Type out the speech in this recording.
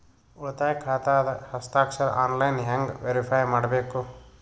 ಉಳಿತಾಯ ಖಾತಾದ ಹಸ್ತಾಕ್ಷರ ಆನ್ಲೈನ್ ಹೆಂಗ್ ವೇರಿಫೈ ಮಾಡಬೇಕು?